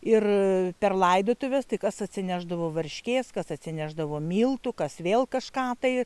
ir per laidotuves tai kas atsinešdavo varškės kas atsinešdavo miltų kas vėl kažką tai